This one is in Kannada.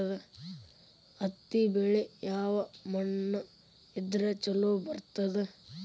ಹತ್ತಿ ಬೆಳಿ ಯಾವ ಮಣ್ಣ ಇದ್ರ ಛಲೋ ಬರ್ತದ?